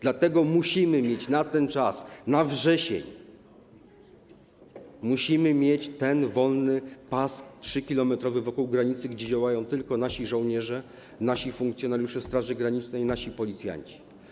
Dlatego musimy mieć na ten czas, na wrzesień, wolny 3-kilometrowy pas wokół granicy, gdzie działają tylko nasi żołnierze, nasi funkcjonariusze Straży Granicznej, nasi policjanci.